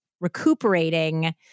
recuperating